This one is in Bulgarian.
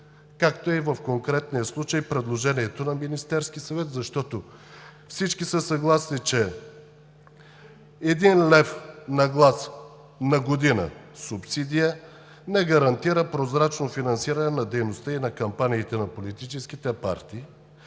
каквото е в конкретния случай предложението на Министерския съвет. Защото всички са съгласни, че един лев на глас на година субсидия не гарантира прозрачно финансиране на дейността и кампаниите на политическите партии.